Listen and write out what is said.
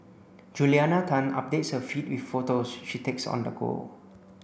Juliana Tan updates her feed with photos she takes on the go